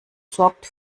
sorgt